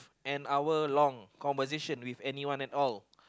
an hour long conversation with anyone at all